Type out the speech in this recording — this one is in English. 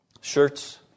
shirts